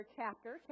chapter